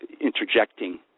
interjecting